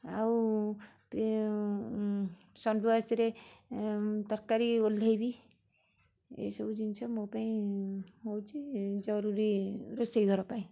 ଆଉ ଶଣ୍ଡୁଆଶିରେ ଏଁ ତରକାରୀ ଓଲ୍ହେଇବି ଏସବୁ ଜିନିଷ ମୋ ପାଇଁ ହଉଛି ଜରୁରୀ ରୋଷେଇ ଘରପାଇଁ